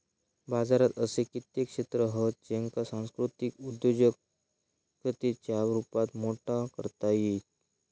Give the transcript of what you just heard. बाजारात असे कित्येक क्षेत्र हत ज्येंका सांस्कृतिक उद्योजिकतेच्या रुपात मोठा करता येईत